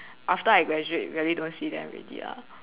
after I graduate rarely don't see them already lah